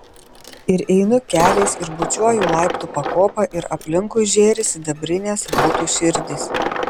ir einu keliais ir bučiuoju laiptų pakopą ir aplinkui žėri sidabrinės votų širdys